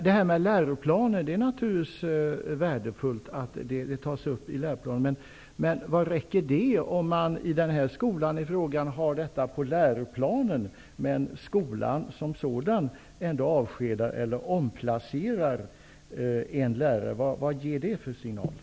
Det är naturligtvis värdefullt att den här frågan tas upp i läroplanen, men vad räcker det om man i skolan i fråga har detta i läroplanen, om skolan trots det avskedar eller omplacerar en lärare? Vad ger det för slags signal?